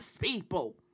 people